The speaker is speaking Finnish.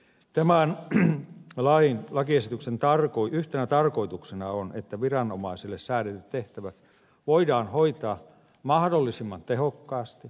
tämän lakiesityksen yhtenä tarkoituksena on että viranomaisille säädetyt tehtävät voidaan hoitaa mahdollisimman tehokkaasti